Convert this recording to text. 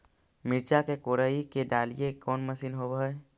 मिरचा के कोड़ई के डालीय कोन मशीन होबहय?